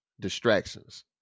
distractions